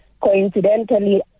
Coincidentally